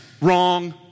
wrong